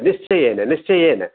निश्चयेन निश्चयेन